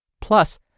Plus